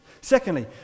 Secondly